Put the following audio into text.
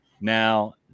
Now